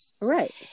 Right